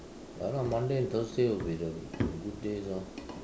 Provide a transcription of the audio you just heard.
ya lah Monday and Thursday would be the good days lor